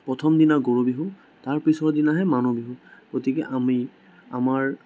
প্ৰথম দিনা গৰু বিহু তাৰ পিছৰ দিনাহে মানুহ বিহু গতিকে আমি আমাৰ